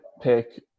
pick